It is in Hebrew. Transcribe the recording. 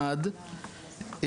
אחד,